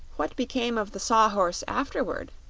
what became of the saw-horse, afterward?